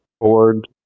board